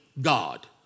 God